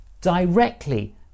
Directly